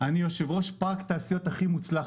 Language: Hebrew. אני גם יושב-ראש פארק התעשיות הכי מוצלח